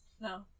No